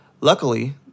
Luckily